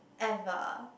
ever